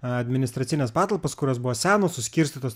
administracines patalpas kurios buvo senos suskirstytos